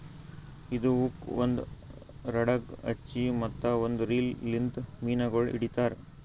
ಇದು ಹುಕ್ ಒಂದ್ ರಾಡಗ್ ಹಚ್ಚಿ ಮತ್ತ ಒಂದ್ ರೀಲ್ ಲಿಂತ್ ಮೀನಗೊಳ್ ಹಿಡಿತಾರ್